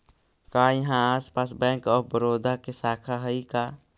का इहाँ आसपास बैंक ऑफ बड़ोदा के शाखा हइ का?